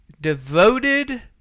Devoted